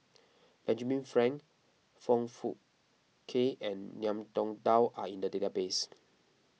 Benjamin Frank Foong Fook Kay and Ngiam Tong Dow are in the database